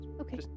Okay